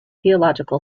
theological